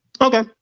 Okay